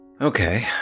Okay